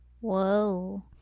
whoa